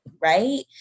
Right